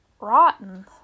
Rotten